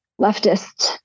leftist